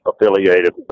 affiliated